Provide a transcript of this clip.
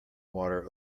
water